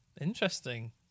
interesting